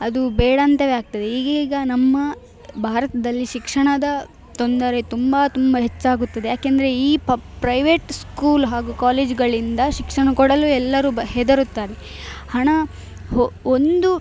ಅದು ಬೇಡ ಅಂತಲೇ ಆಗ್ತದೆ ಈಗೀಗ ನಮ್ಮ ಭಾರತದಲ್ಲಿ ಶಿಕ್ಷಣದ ತೊಂದರೆ ತುಂಬ ತುಂಬ ಹೆಚ್ಚಾಗುತ್ತದೆ ಏಕೆಂದ್ರೆ ಈ ಪ ಪ್ರೈವೇಟ್ ಸ್ಕೂಲ್ ಹಾಗೂ ಕಾಲೇಜ್ಗಳಿಂದ ಶಿಕ್ಷಣ ಕೊಡಲು ಎಲ್ಲರೂ ಬ ಹೆದರುತ್ತಾರೆ ಹಣ ಒಂದು